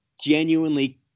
genuinely